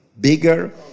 bigger